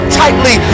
tightly